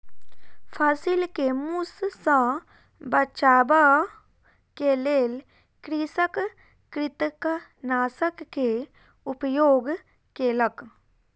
फसिल के मूस सॅ बचाबअ के लेल कृषक कृंतकनाशक के उपयोग केलक